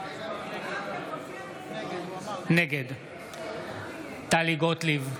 נגד טלי גוטליב,